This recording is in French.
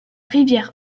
rivière